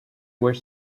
were